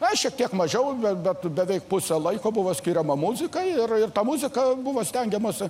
rašė kiek mažiau bet bet beveik pusę laiko buvo skiriama muzikai ir ir ta muzika buvo stengiamasi